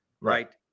Right